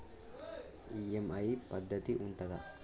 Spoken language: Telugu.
ఈ.ఎమ్.ఐ పద్ధతి ఉంటదా?